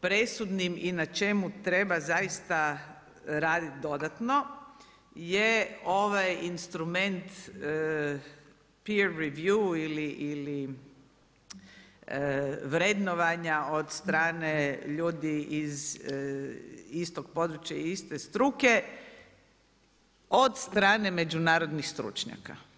presudnim i na čemu treba zaista radit dodatno je ovaj instrument … [[Govornica govori engleski, ne razumije se.]] vrednovanja od strane ljudi iz istog područja, iste struke od strane međunarodnih stručnjaka.